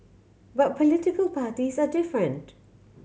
but political parties are different